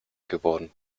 geworden